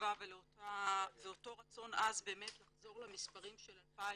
תקווה ואותו רצון עז באמת לחזור למספרים של 2014,